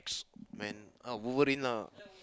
man uh Wolverine lah